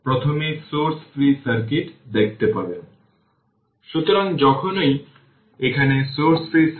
সুতরাং time t বাড়ার সাথে সাথে ভোল্টেজ 0 এর দিকে ডিক্রিস হয়